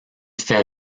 fait